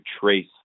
trace